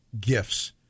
gifts